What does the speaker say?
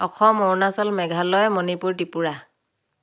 Assam Arunachal Meghalaya Manipur Tripura